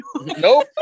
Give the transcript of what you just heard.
Nope